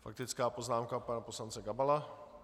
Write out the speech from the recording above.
Faktická poznámka pana poslance Gabala.